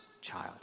child